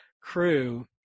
crew